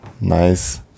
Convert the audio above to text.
nice